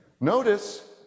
notice